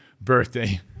birthday